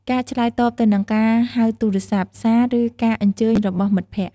ការឆ្លើយតបទៅនឹងការហៅទូរស័ព្ទ សារ ឬការអញ្ជើញរបស់មិត្តភក្តិ។